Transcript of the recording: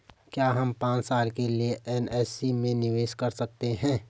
क्या हम पांच साल के लिए एन.एस.सी में निवेश कर सकते हैं?